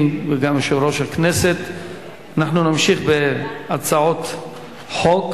וגם של יושב-ראש הכנסת אנחנו נמשיך בהצעות חוק,